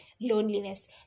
loneliness